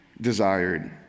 desired